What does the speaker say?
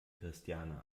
christiane